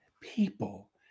people